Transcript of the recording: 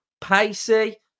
Pacey